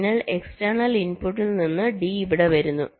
അതിനാൽ എക്സ്ടെർണൽ ഇൻപുട്ടിൽ നിന്ന് D ഇവിടെ വരുന്നു